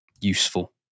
useful